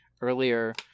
Earlier